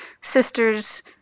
sister's